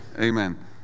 Amen